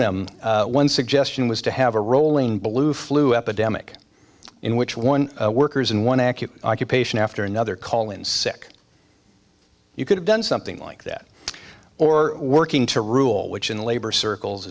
them one suggestion was to have a rolling blue flu epidemic in which one workers in one accurate occupation after another call in sick you could have done something like that or working to rule which in labor circles